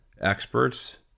experts